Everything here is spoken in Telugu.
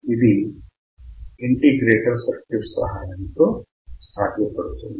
ఇది ఇంటిగ్రేటర్ సహాయముతో సాధ్యపడుతుంది